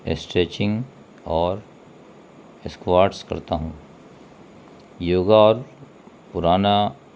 stretching اور squats کرتا ہوں یوگا اور پرانا